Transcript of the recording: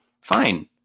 fine